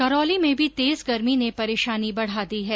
करौली में भी तेज गर्मी ने परेशानी बढा दी है